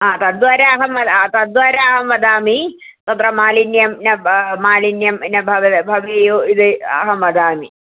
तद्वारा अहं वदा तद्वारा अहं वदामि तत्र मालिन्यं न मालिन्यं न भवेयुः इति अहं वदामि